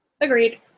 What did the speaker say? Agreed